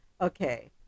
Okay